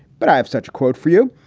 but i have such a quote for you.